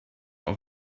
auf